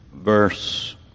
Verse